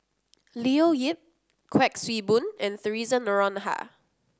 Leo Yip Kuik Swee Boon and Theresa Noronha